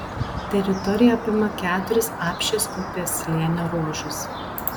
teritorija apima keturis apšės upės slėnio ruožus